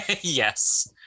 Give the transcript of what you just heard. Yes